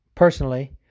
personally